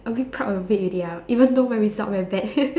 a bit proud of it already ah even though my result very bad